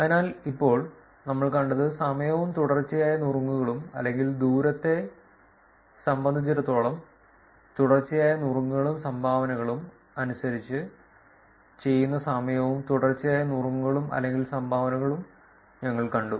അതിനാൽ ഇപ്പോൾ നമ്മൾ കണ്ടത് സമയവും തുടർച്ചയായ നുറുങ്ങുകളും അല്ലെങ്കിൽ ദൂരത്തെ സംബന്ധിച്ചിടത്തോളം തുടർച്ചയായ നുറുങ്ങുകളും സംഭാവനകളും അനുസരിച്ച് ചെയ്യുന്ന സമയവും തുടർച്ചയായ നുറുങ്ങുകളും അല്ലെങ്കിൽ സംഭാവനകളും ഞങ്ങൾ കണ്ടു